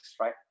right